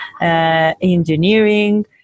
engineering